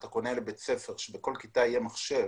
אתה קונה לבית ספר כדי שבכל כיתה יהיה מחשב,